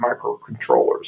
microcontrollers